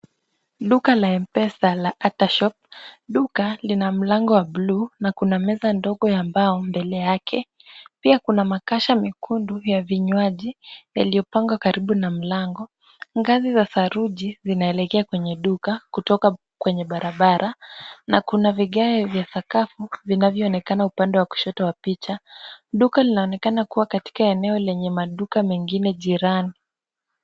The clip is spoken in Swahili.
Duka la M-Pesa la AttaShop. Duka lina mlango wa bluu na kuna meza ndogo ya mbao mbele yake. Pia kuna makasha mikundu ya vinywaji yaliyopangwa karibu na mlango. Ngazi za saruji zinaelekea kwenye duka kutoka kwenye barabara, na kuna vigae vya sakafu vinavyoonekana upande wa kushoto wa picha. Duka linaonekana kuwa katika eneo lenye maduka mengine jirani.